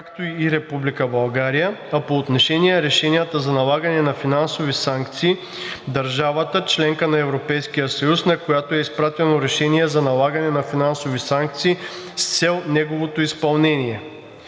България, а по отношение решенията за налагане на финансови санкции – държавата – членка на Европейския съюз, на която е изпратено решение за налагане на финансови санкции, с цел неговото изпълнение.“;